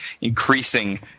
increasing